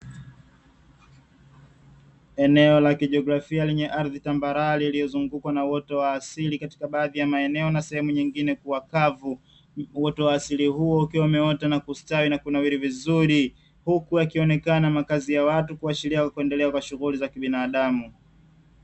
Eneo la kijografia lenye ardhi tambarare iliyozungukwa na uoto wa asili katika baadhi ya maeneo na sehemu nyingine kuwa kavu, uoto wa asili huo ukiwa umeota na kustawi na kunawili vizuri huku yakionekana makazi ya watu kuashiria kuendelea kwa shughuli za kibinadamu.